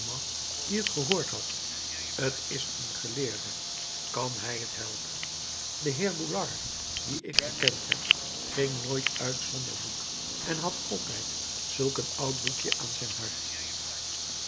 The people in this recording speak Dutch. die het gehoord had t is een geleerde kan hij t helpen de heer boulard dien ik gekend heb ging nooit uit zonder boek en had altijd zulk een oud boekje aan zijn hart